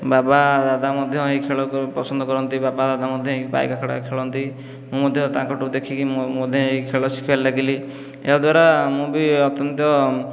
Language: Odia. ବାବା ଦାଦା ମଧ୍ୟ ଏହି ଖେଳକୁ ପସନ୍ଦ କରନ୍ତି ବାବା ଦାଦା ମଧ୍ୟ ଏହି ପାଇକ ଆଖଡ଼ା ଖେଳନ୍ତି ମୁଁ ମଧ୍ୟ ତାଙ୍କଠୁ ଦେଖିକି ମୁଁ ମଧ୍ୟ ଏହି ଖେଳ ଶିଖିବାରେ ଲାଗିଲି ଏହାଦ୍ଵାରା ମୁଁ ବି ଅତ୍ୟନ୍ତ